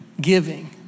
giving